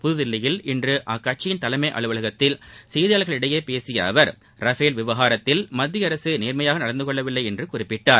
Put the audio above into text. புதுதில்லியில் இன்று அக்கட்சி தலைமை அலுவலகத்தில் செய்தியாளர்களிடம் பேசிய அவர் ரஃபேல் விவகாரத்தில் மத்திய அரசு நேர்மையாக நடந்து கொள்ளவில்லை என்று குறிப்பிட்டார்